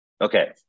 Okay